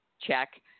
Check